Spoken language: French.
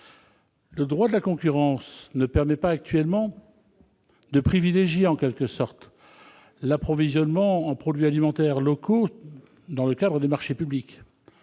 Le droit de la concurrence ne permet pas actuellement de privilégier l'approvisionnement en produits alimentaires locaux dans les procédures de marchés publics.